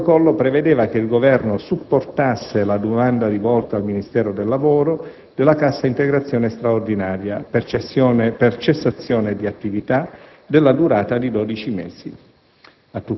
il protocollo prevedeva che il Governo supportasse la domanda rivolta al Ministero del lavoro della cassa integrazione straordinaria per cessazione di attività della durata di 12 mesi.